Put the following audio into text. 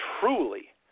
truly